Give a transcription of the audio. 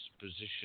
position